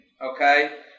Okay